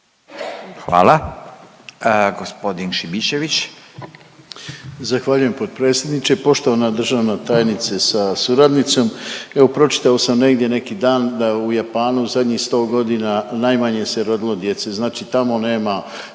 Hvala. Gospodin Šimičević.